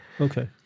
okay